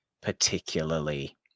particularly